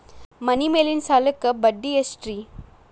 ಮನಿ ಮೇಲಿನ ಸಾಲಕ್ಕ ಬಡ್ಡಿ ಎಷ್ಟ್ರಿ?